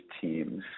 teams